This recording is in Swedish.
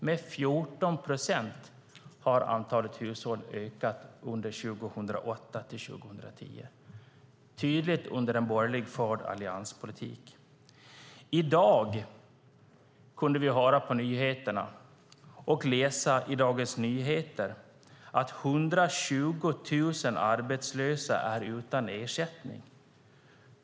Antalet sådana hushåll har alltså ökat med 14 procent under 2008-2010 med en borgerligt styrd allianspolitik. I dag kunde vi höra på nyheterna och läsa i Dagens Nyheter att 120 000 arbetslösa är utan ersättning.